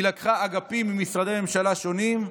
היא לקחה אגפים ממשרדי ממשלה שונים,